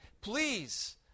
Please